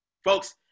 Folks